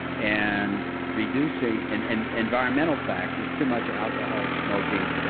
and reducing and and environmental factors, too much alcohol, smoking,